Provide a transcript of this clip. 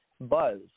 buzz